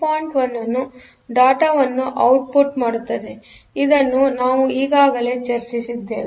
1 ಅನ್ನು ಡೇಟಾಅನ್ನುಔಟ್ಪುಟ್ ಮಾಡುತ್ತದೆ ಇದನ್ನು ನಾವು ಈಗಾಗಲೇ ಚರ್ಚಿಸಿದ್ದೇವೆ